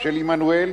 של עמנואל,